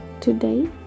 today